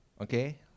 Okay